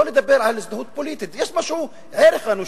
לא לדבר על הזדהות פוליטית, יש מה שהוא ערך אנושי,